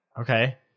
Okay